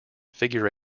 figure